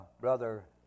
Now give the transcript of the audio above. Brother